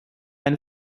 eine